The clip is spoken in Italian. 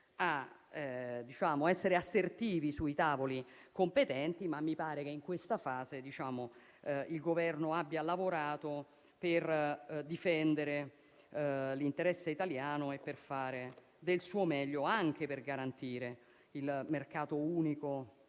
a essere assertivi sui tavoli competenti, ma mi sembra che in questa fase il Governo abbia lavorato per difendere l'interesse italiano e fare del suo meglio anche per garantire il mercato unico